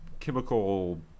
Chemical